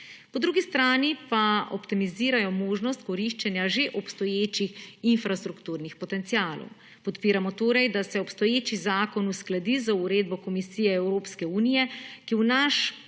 Po drugi strani pa optimizirajo možnost koriščenja že obstoječih infrastrukturnih potencialov. Podpiramo torej, da se obstoječi zakon uskladi z uredbo komisije Evropske unije, ki v naš